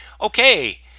Okay